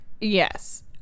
yes